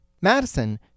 Madison